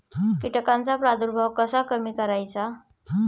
कीटकांचा प्रादुर्भाव कसा कमी करायचा?